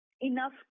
enough